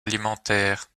alimentaire